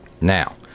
Now